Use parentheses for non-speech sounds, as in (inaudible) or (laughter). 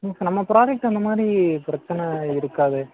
(unintelligible) நம்ம ப்ராடக்ட்டு அந்த மாதிரி பிரச்சனை இருக்காதே